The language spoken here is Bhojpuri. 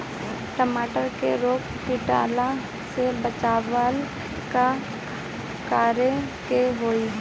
टमाटर को रोग कीटो से बचावेला का करेके होई?